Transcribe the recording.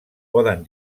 poden